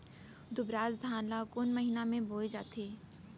दुबराज धान ला कोन महीना में बोये जाथे?